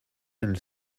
and